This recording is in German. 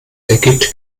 ergibt